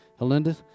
Helinda